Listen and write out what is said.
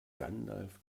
gandalf